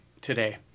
today